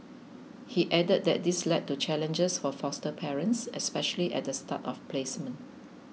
he added that this led to challenges for foster parents especially at the start of placement